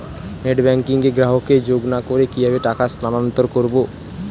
Net banking এ গ্রাহককে যোগ না করে কিভাবে টাকা স্থানান্তর করব?